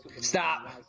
Stop